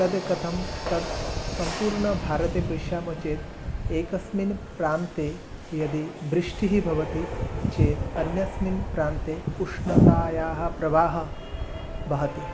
तद् कथं तद् सम्पूर्णभारते पश्यामः चेत् एकस्मिन् प्रान्ते यदि वृष्टिः भवति चेत् अन्यस्मिन् प्रान्ते उष्णतायाः प्रवाहः वहति